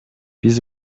биз